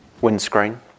windscreen